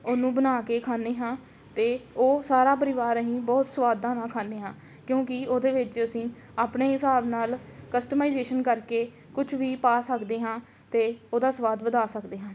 ਉਹਨੂੰ ਬਣਾ ਕੇ ਖਾਂਦੇ ਹਾਂ ਅਤੇ ਉਹ ਸਾਰਾ ਪਰਿਵਾਰ ਅਸੀਂ ਬਹੁਤ ਸਵਾਦਾਂ ਨਾਲ ਖਾਂਦੇ ਹਾਂ ਕਿਉਂਕਿ ਉਹਦੇ ਵਿੱਚ ਅਸੀਂ ਆਪਣੇ ਹਿਸਾਬ ਨਾਲ ਕਸਟਮਾਈਜੇਸ਼ਨ ਕਰਕੇ ਕੁਛ ਵੀ ਪਾ ਸਕਦੇ ਹਾਂ ਅਤੇ ਉਹਦਾ ਸਵਾਦ ਵਧਾ ਸਕਦੇ ਹਾਂ